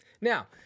Now